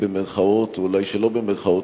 במירכאות ואולי שלא במירכאות,